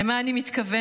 למה אני מתכוונת?